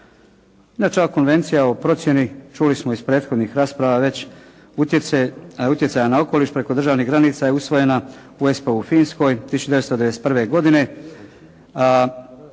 ova Konvencija o procjeni čuli smo iz prethodnih rasprava već utjecaja na okoliš preko državnih granica je usvojena u Espou u Finskoj 1991. godine.